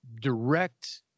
direct